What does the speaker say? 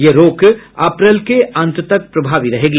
यह रोक अप्रैल के अंत तक प्रभावी रहेगा